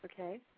Okay